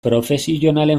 profesionalen